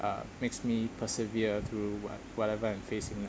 uh makes me persevere through what whatever I'm facing now